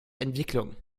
entwicklung